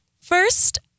first